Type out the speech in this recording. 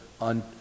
on